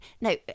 No